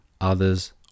others